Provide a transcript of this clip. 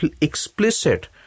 explicit